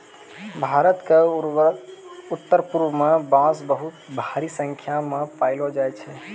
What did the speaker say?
भारत क उत्तरपूर्व म बांस बहुत भारी संख्या म पयलो जाय छै